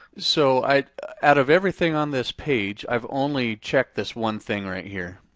so out of everything on this page, i've only checked this one thing right here.